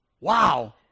Wow